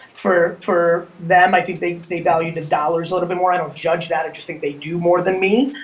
for for them, i think they they valued the dollars a little bit more. i don't judge that, i just think they do more than me.